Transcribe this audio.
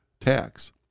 tax